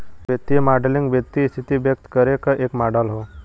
वित्तीय मॉडलिंग वित्तीय स्थिति व्यक्त करे क एक मॉडल हौ